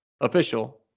official